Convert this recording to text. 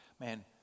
man